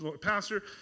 Pastor